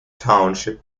township